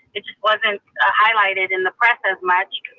it just wasn't a highlighted in the press as much.